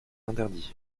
interdit